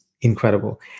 incredible